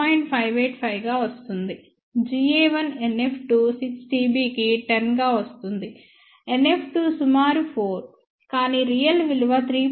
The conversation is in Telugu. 585 గా వస్తుంది Ga1 NF2 6 dB కి 10 గా వస్తుంది NF2 సుమారు 4 కానీ రియల్ విలువ 3